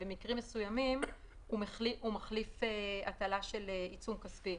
במקרים מסוימים הוא מחליף הטלה של עיצום כספי.